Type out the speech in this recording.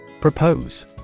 Propose